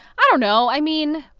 i don't know. i mean,